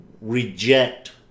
reject